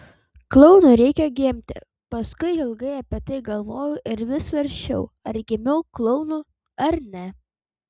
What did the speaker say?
klounu reikia gimti paskui ilgai apie tai galvojau ir vis svarsčiau ar gimiau klounu ar ne